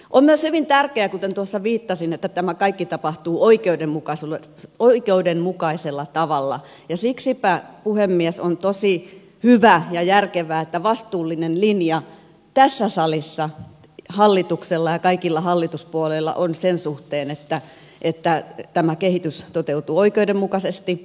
on myös hyvin tärkeää kuten tuossa viittasin että tämä kaikki tapahtuu oikeudenmukaisella tavalla ja siksipä puhemies on tosi hyvä ja järkevää että vastuullinen linja tässä salissa hallituksella ja kaikilla hallituspuolueilla on sen suhteen että tämä kehitys toteutuu oikeudenmukaisesti